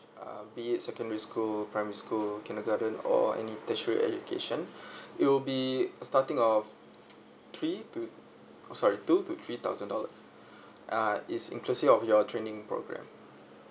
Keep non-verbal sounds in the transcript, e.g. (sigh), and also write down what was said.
uh be it secondary school primary school kindergarten or any tertiary education (breath) it will be starting of three to oh sorry two to three thousand dollars (breath) uh is inclusive of your training program